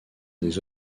des